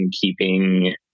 keeping